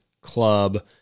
club